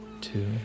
two